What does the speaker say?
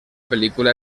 película